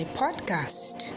podcast